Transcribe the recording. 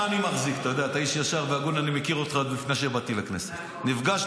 או שיש לך מה להגיד --- דודי מדבר בשם דודי.